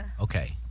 Okay